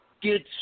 get